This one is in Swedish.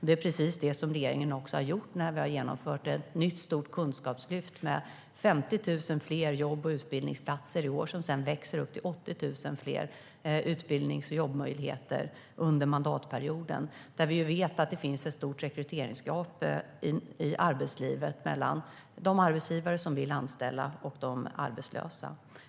Det är precis det som regeringen också har gjort när vi har genomfört ett nytt stort kunskapslyft med 50 000 fler jobb och utbildningsplatser i år som sedan växer upp till 80 000 fler utbildnings och jobbmöjligheter under mandatperioden. Vi vet att det finns ett stort rekryteringsgap i arbetslivet mellan de arbetsgivare som vill anställa och de arbetslösa.